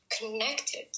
connected